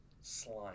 slime